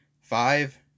Five